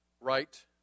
right